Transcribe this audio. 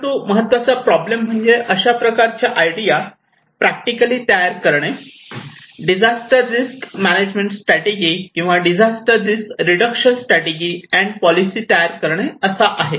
परंतु महत्त्वाचा प्रॉब्लेम म्हणजे अशा प्रकारच्या आयडिया प्रॅक्टिकली तयार करणे डिझास्टर रिस्क मॅनेजमेंट स्ट्रॅटेजी किंवा disaster risk reduction strategy and policy तयार करणे असा आहे